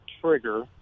trigger